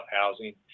housing